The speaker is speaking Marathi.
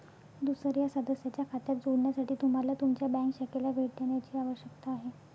दुसर्या सदस्याच्या खात्यात जोडण्यासाठी तुम्हाला तुमच्या बँक शाखेला भेट देण्याची आवश्यकता आहे